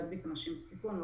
להדביק אנשים בסיכון או